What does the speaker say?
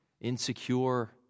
insecure